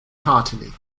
heartily